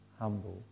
humble